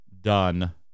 done